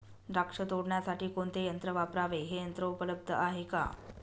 द्राक्ष तोडण्यासाठी कोणते यंत्र वापरावे? हे यंत्र उपलब्ध आहे का?